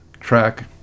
track